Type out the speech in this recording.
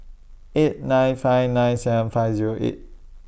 eight nine five nine seven five Zero eight